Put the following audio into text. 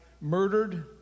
murdered